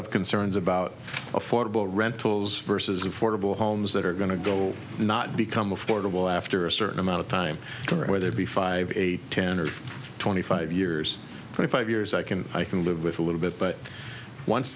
of concerns about affordable rentals versus affordable homes that are going to go will not become affordable after a certain amount of time whether it be five eight ten or twenty five years twenty five years i can i can live with a little bit but once